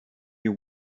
you